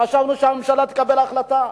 חשבנו שהממשלה תקבל החלטה,